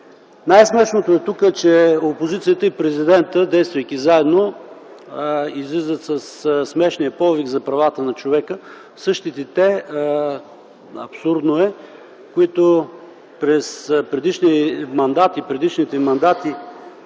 Най-смешното тук е, че опозицията и Президентът, действайки заедно, излизат със смешния повик за правата на човека. Същите те, абсурдно е, които през предишните мандати създадоха